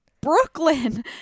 brooklyn